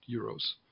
euros